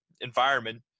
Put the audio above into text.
environment